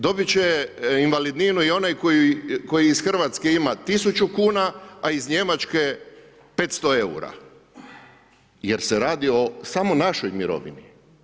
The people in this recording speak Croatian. Dobit će invalidninu i onaj koji iz Hrvatske ima 1 000 kuna a iz Njemačke 500 eura jer se radi o samo našoj mirovini.